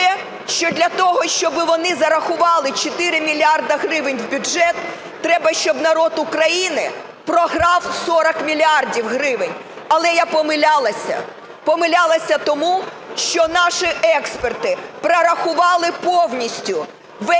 що для того, щоби вони зарахували 4 мільярди гривень в бюджет, треба щоб народ України програв 40 мільярдів гривень, але я помилялася. Помилялася, тому що наші експерти прорахували повністю